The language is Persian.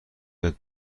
یاد